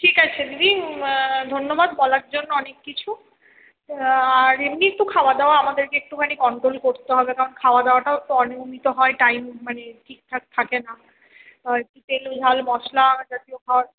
ঠিক আছে দিদি ধন্যবাদ বলার জন্য অনেক কিছু আর এমনি একটু খাওয়া দাওয়া আমাদেরকে একটুখানি কন্ট্রোল করতে হবে কারণ খাওয়া দাওয়াটাও একটু অনিয়মিত হয় টাইম মানে ঠিকঠাক থাকে না আর তেল ঝাল মশলাজাতীয় খাবার